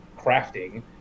crafting